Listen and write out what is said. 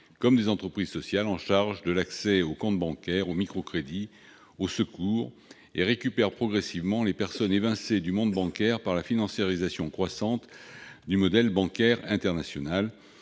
comme des entreprises sociales en charge de l'accès aux comptes bancaires, aux microcrédits, aux secours, et récupèrent progressivement les personnes évincées du monde bancaire par la financiarisation croissante du modèle bancaire international.